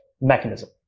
mechanism